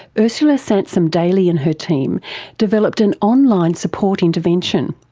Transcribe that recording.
ursula sansom-daly and her team developed an online support intervention.